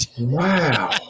Wow